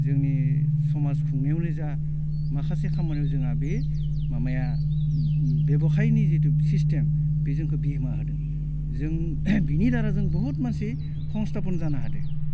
जोंनि समाज खुंनायावनो जा माखासे खामानियाव जोंहा बे माबाया बेबखायनि जिथु सिस्टेम बे जोंखौ बिहोमा होदों जों बिनि दारा जों बुहुत मानसि हंस्ताफन जानो हादों